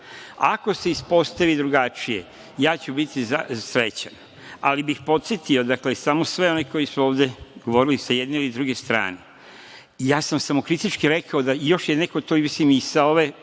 se ispostavi drugačije, ja ću biti srećan, ali bih podsetio sve one koji su ovde govorili sa jedne ili sa druge strane, ja sam samo kritički rekao, još je neko to i sa ove